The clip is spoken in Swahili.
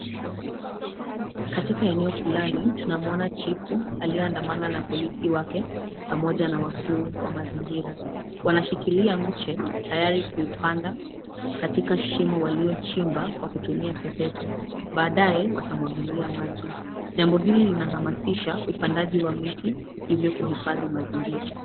Katika eneo fulani, tunamuona chifu aliyeandamana na polisi wake, pamoja na wakuu wa mazingira. Wanashikilia mche, tayari kuupanda, katika shimo waliyochimba kwa kutumia sepetu. Baadaye, watamwagilia maji. Jambo hili linahamasisha upandaji wa miti, hivyo kuhifadhi mazingira.